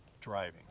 driving